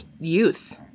youth